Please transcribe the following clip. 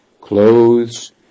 Clothes